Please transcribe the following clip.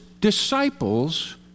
disciples